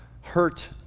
hurt